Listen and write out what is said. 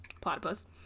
platypus